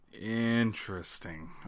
Interesting